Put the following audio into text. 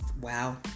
Wow